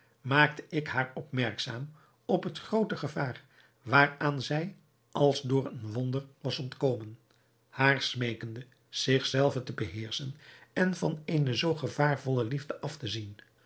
maakte ik haar opmerkzaam op het groote gevaar waaraan zij als door een wonder was ontkomen haar smeekende zich zelve te beheerschen en van eene zoo gevaarvolle liefde af te zien